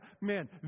man